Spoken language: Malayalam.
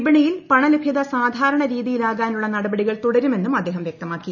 വിപണിയിൽ പണലഭൃത സാധാരണ രീതിയിലാകാനുള്ള നടപടികൾ തുടരുമെന്നും അദ്ദേഹം വൃക്തമാക്കി